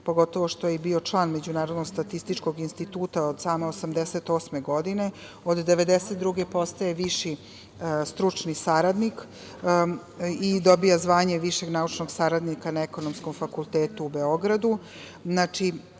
pogotovo što je bio i član Međunarodnog statističkog instituta od 1988. godine. Od 1992. godine postaje viši stručni saradnik i dobija zvanje višeg naučnog saradnika na Ekonomskom fakultetu u Beogradu. Ono